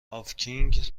هاوکینگ